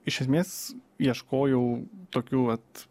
iš esmės ieškojau tokių vat